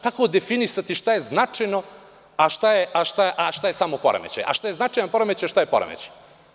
Kako definisati šta je značajno a šta je samo poremećaj, a šta je značajan poremećaj, šta je poremećaj?